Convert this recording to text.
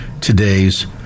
today's